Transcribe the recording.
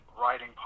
writing